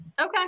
Okay